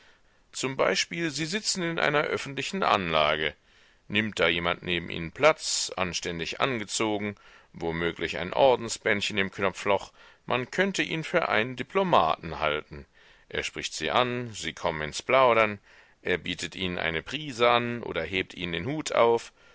zum beispiel sie sitzen in einer öffentlichen anlage nimmt da jemand neben ihnen platz anständig angezogen womöglich ein ordensbändchen im knopfloch man könnte ihn für einen diplomaten halten er spricht sie an sie kommen ins plaudern er bietet ihnen eine prise an oder hebt ihnen den hut auf